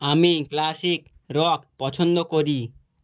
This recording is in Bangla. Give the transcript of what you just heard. আমি ক্লাসিক রক পছন্দ করি